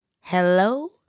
hello